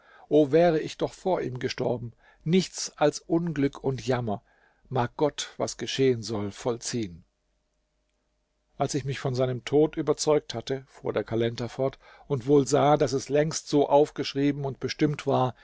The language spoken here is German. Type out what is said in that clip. o wäre ich doch vor ihm gestorben nichts als unglück und jammer mag gott was geschehen soll vollziehen als ich mich von seinem tod überzeugt hatte fuhr der kalender fort und wohl sah daß es längst so aufgeschrieben und bestimmt war